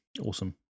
Awesome